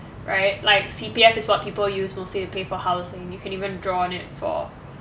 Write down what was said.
right like C_P_F is what people use mostly to pay for housing you can even draw on it for